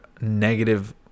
negative